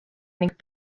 ning